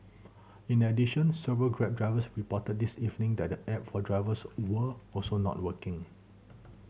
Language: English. in addition several Grab drivers reported this evening that the app for drivers were also not working